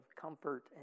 comfort